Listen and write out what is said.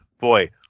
boy